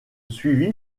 suivi